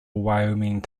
wyoming